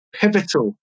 pivotal